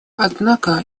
однако